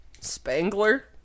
Spangler